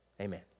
amen